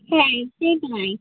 হ্যাঁ ঠিক নয়